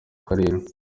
karere